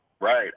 right